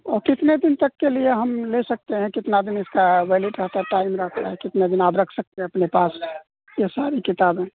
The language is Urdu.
اور کتنے دن تک کے لیے ہم لے سکتے ہیں کتنا دن اس کا ویلڈ رہتا ہے ٹائم رہتا ہے کتنے دن آپ رکھ سکتے ہیں اپنے پاس یہ ساری کتابیں